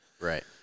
right